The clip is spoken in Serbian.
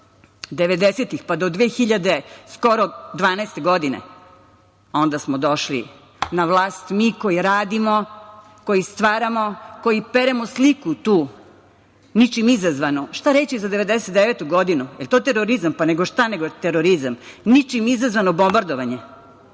90-ih, pa do skoro 2012. godine, a onda smo došli na vlast mi koji radimo, koji stvaramo, koji peremo sliku tu, ničim izazvanu. Šta reći za 1999. godinu? Jer to terorizam? Pa, nego šta nego je terorizam, ničim izazvano bombardovanje.